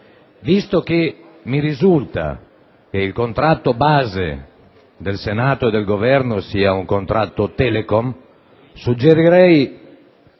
Poiché mi risulta che il contratto base del Senato e del Governo sia un contratto Telecom, suggerirei